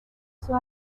sus